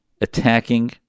attacking